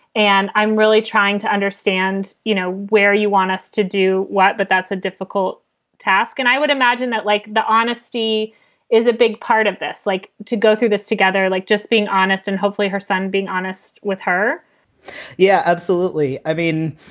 and i'm really trying to understand, you know, where you want us to do what. but that's a difficult task. and i would imagine that, like, the honesty is a big part of this. like to go through this together, like just being honest and hopefully her son being honest with her yeah. absolutely. i mean,